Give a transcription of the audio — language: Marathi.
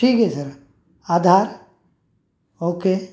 ठीक आहे सर आधार ओके